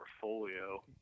portfolio